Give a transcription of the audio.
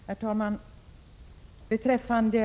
Herr talman!